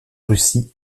russie